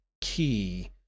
Key